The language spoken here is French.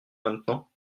maintenant